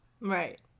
Right